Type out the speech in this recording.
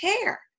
care